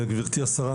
גברתי השרה,